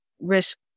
risk